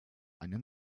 einen